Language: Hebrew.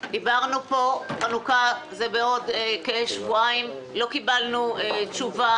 חנוכה בעוד כשבועיים ועדיין לא קיבלנו תשובה